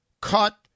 cut